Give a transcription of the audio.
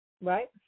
right